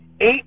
Eight